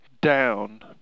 down